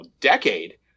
decade